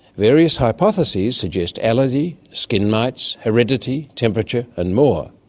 various hypotheses suggest allergy, skin mites, heredity, temperature and more.